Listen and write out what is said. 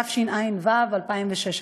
התשע"ו 2016,